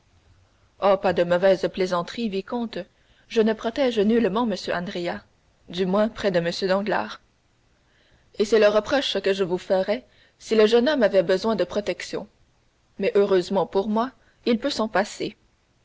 pas de mauvaises plaisanteries vicomte je ne protège nullement m andrea du moins près de m danglars et c'est le reproche que je vous ferais si le jeune homme avait besoin de protection mais heureusement pour moi il peut s'en passer